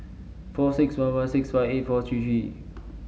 four six one one six five eight four three three